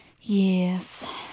Yes